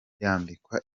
yambikwa